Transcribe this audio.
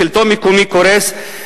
השלטון המקומי קורס,